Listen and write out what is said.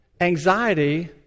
anxiety